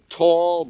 tall